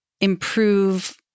improve